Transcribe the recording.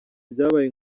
byabaye